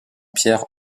pierre